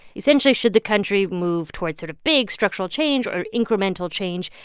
essentially, should the country move toward sort of big, structural change or incremental change?